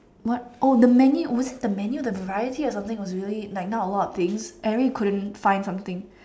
what oh the menu was it the menu the variety or something wasn't a lot of things I really couldn't find something